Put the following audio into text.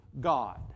God